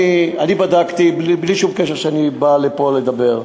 אני בדקתי, בלי שום קשר שאני בא לפה לדבר,